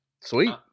Sweet